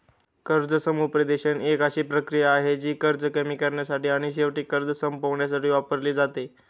कर्ज समुपदेशन एक अशी प्रक्रिया आहे, जी कर्ज कमी करण्यासाठी आणि शेवटी कर्ज संपवण्यासाठी वापरली जाते